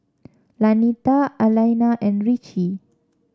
Lanita Alaina and Ritchie